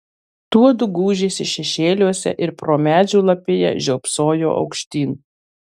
tuodu gūžėsi šešėliuose ir pro medžių lapiją žiopsojo aukštyn